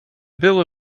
był